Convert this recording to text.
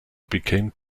became